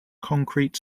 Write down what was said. concrete